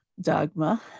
Dogma